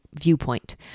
viewpoint